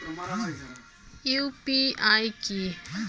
UPI কি?